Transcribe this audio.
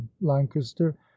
lancaster